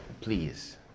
please